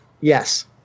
Yes